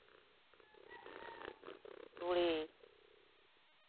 ᱛᱩᱲᱤ